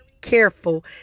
careful